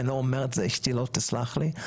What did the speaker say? ואם אני לא אומר את זה אשתי לא תסלח לי,